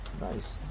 nice